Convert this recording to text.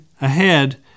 ahead